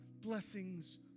blessings